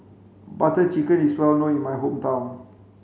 butter chicken is well known in my hometown